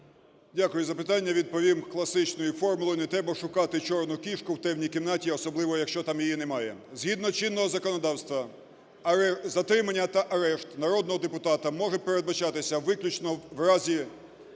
Дякую за питання. Відповім класичною формулою "не треба шукати чорну кішку в темній кімнаті, а особливо, якщо її там немає". Згідно чинного законодавства затримання та арешт народного депутата може передбачатися виключно в разі